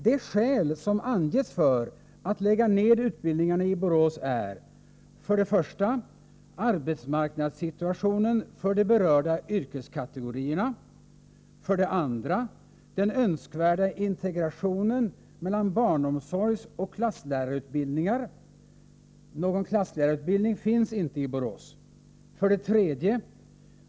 De skäl som angetts för att lägga ned utbildningarna i Borås är: 2. Den önskvärda integrationen mellan barnomsorgsoch klasslärarutbildningar — någon klasslärarutbildning finns inte i Borås. 3.